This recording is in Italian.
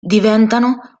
diventano